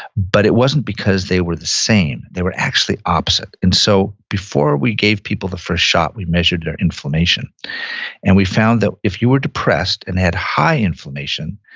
but it wasn't because they were the same. they were actually opposite and so before we gave people the first shot, we measured their inflammation and we found that if you were depressed and had high inflammation,